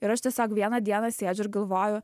ir aš tiesiog vieną dieną sėdžiu ir galvoju